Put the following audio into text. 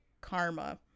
karma